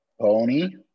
Pony